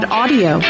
audio